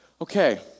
Okay